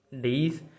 days